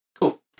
Cool